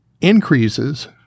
increases